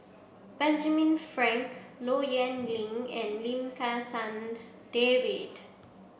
Benjamin Frank Low Yen Ling and Lim Kim San David